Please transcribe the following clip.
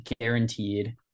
guaranteed –